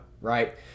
right